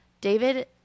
David